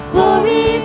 Glory